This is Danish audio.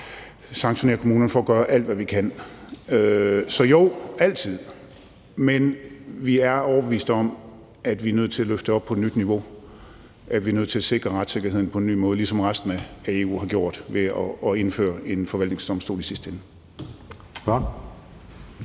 at sanktionere kommunerne og for at gøre alt, hvad vi kan. Så jo, det støtter vi altid, men vi er overbevist om, at vi er nødt til at løfte det op på et nyt niveau, altså at vi er nødt til at sikre retssikkerheden på en ny måde, ligesom resten af EU har gjort ved at indføre en forvaltningsdomstol, i sidste ende.